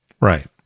Right